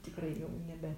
tikrai jau nebe